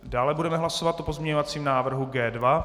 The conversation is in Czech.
Dále budeme hlasovat o pozměňovacím návrhu G2.